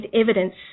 evidence